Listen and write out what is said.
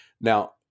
Now